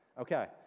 Okay